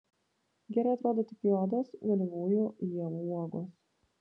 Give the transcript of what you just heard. gerai atrodo tik juodos vėlyvųjų ievų uogos